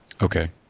Okay